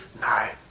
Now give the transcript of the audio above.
night